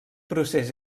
procés